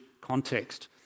context